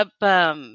up